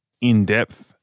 in-depth